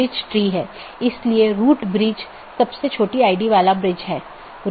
network layer reachability की जानकारी जिसे NLRI के नाम से भी जाना जाता है